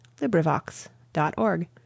LibriVox.org